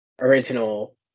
original